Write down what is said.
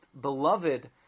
beloved